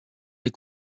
les